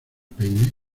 peine